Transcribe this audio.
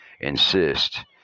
insist